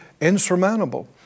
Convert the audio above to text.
insurmountable